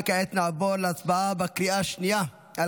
וכעת נעבור להצבעה בקריאה השנייה על